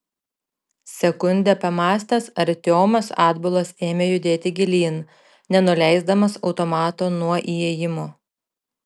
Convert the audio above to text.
sekundę pamąstęs artiomas atbulas ėmė judėti gilyn nenuleisdamas automato nuo įėjimo